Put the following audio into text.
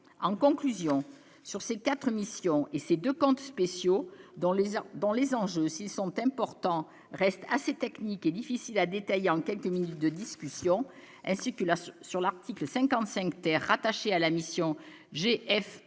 en conclusion sur ces 4 missions et ces 2 comptes Pessiot dans les heures, dans les enjeux, ils sont importants reste assez technique et difficile, a détaillé en quelques minutes de discussion, ainsi que sur l'article 55 terre rattaché à la mission,